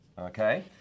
okay